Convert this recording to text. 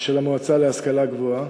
של המועצה להשכלה גבוהה.